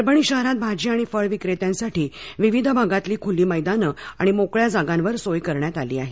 परभणी शहरात भाजी आणि फळ विक्रेत्यांसाठी विविध भागातली खुली मैदानं आणि मोकळ्या जागांवर सोय करण्यात आली आहे